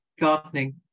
Gardening